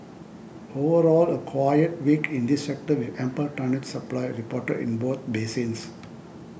overall a quiet week in this sector with ample tonnage supply reported in both basins